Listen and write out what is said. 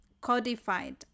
codified